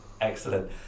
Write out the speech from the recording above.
Excellent